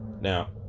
Now